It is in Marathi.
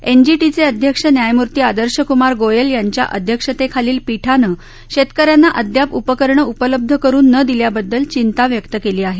एनजीटीचे अध्यक्ष न्यायमर्ति आदर्श कमार गोयल यांच्या अध्यक्षतेखालील पीठानं शेतकऱ्यांना अद्याप उपकरणं उपलब्ध करून न दिल्याबद्दल चिंता व्यक्त केली आहे